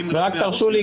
ורק תרשו לי,